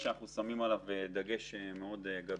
על זה אנחנו שמים דגש גדול.